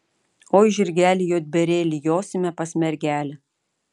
oi žirgeli juodbėrėli josime pas mergelę